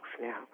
now